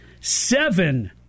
seven